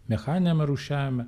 mechaniniam rūšiavime